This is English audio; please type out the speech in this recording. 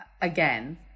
again